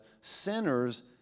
sinners